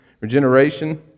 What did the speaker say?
Regeneration